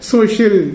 Social